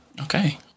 Okay